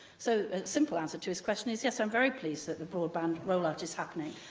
so, the simple answer to his question is yes, i'm very pleased that the broadband roll-out is happening.